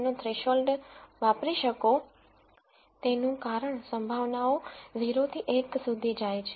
5 નો થ્રેશોલ્ડ વાપરી શકો તેનું કારણ સંભાવનાઓ 0 થી 1 સુધી જાય છે